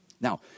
Now